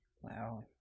Wow